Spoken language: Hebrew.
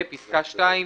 ופיסקה (2)